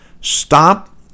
Stop